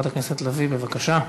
אדוני,